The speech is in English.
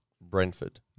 Brentford